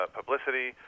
publicity